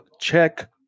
check